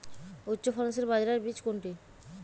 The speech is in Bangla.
উচ্চফলনশীল বাজরার বীজ কোনটি?